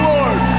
Lord